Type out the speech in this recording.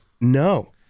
no